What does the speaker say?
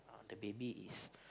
the baby is